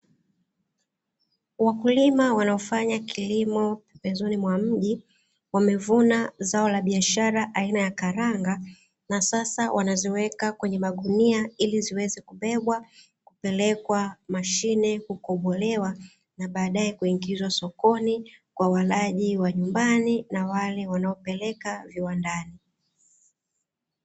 Wakulima wanaofanya kilimo pembezoni mwa mji, wamevuna zao la biashara aina ya karanga na sasa wanaziweka kwenye magunia, ili ziweze kubebwa kupelekwa mashine kukobolewa, na baadae kuingizwa sokoni kwa walaji wa nyumbani na wale wanaopeleka viwandani.